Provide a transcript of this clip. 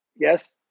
Yes